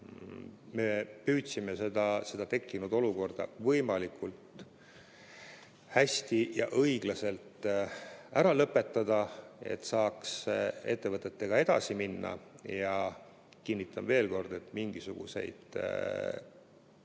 me püüdsime seda tekkinud olukorda võimalikult hästi ja õiglaselt ära lõpetada, et saaks ettevõtetega edasi minna. Kinnitan veel kord, et mingisuguseid skeeme